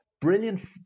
brilliant